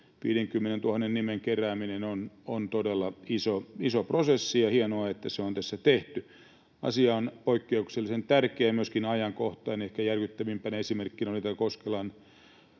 50 000 nimen kerääminen on todella iso prosessi, ja hienoa, että se on tässä tehty. Asia on poikkeuksellisen tärkeä ja myöskin ajankohtainen. Ehkä järkyttävimpänä esimerkkinä on itse